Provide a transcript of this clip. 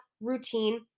routine